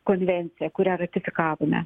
konvenciją kurią ratifikavome